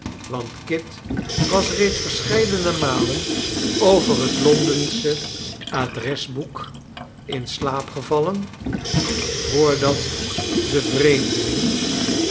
want kit was reeds verscbeidene malen over het londensche adresboek in slaap gevallen voordat de vreemdeling